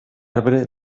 arbre